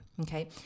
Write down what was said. Okay